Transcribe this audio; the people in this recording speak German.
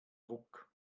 ruck